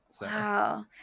Wow